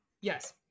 Yes